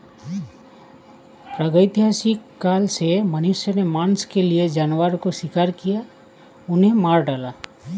प्रागैतिहासिक काल से मनुष्य ने मांस के लिए जानवरों का शिकार किया, उन्हें मार डाला